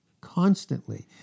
constantly